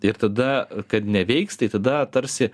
ir tada kad neveiks tai tada tarsi